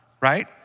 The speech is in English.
right